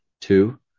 Two